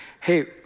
hey